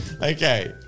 Okay